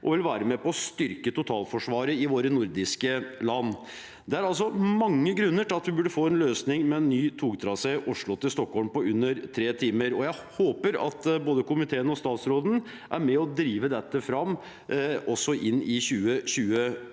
og vil være med på å styrke totalforsvaret i våre nordiske land. Det er altså mange grunner til at vi burde få en løsning med en ny togtrasé fra Oslo til Stockholm på under 3 timer. Jeg håper at både komiteen og statsråden er med på å drive dette fram i 2024.